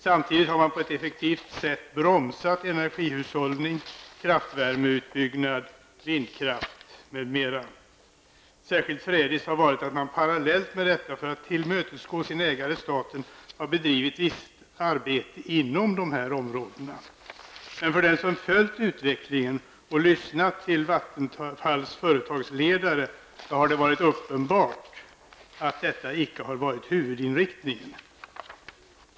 Samtidigt har man på ett effektivt sätt bromsat energihushållning, kraftvärmeutbyggnad, vindkraft m.m. Särskilt förrädiskt har varit att man parallellt med detta, för att tillmötesgå sin ägare staten, har bedrivit visst arbete inom dessa områden. Men för dem som har följt utvecklingen och lyssnat till Vattenfalls företagsledare har det varit uppenbart att detta inte har varit huvudinriktningen.